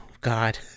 God